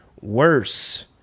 worse